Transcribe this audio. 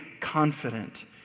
confident